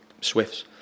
Swifts